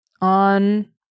on